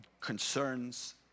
concerns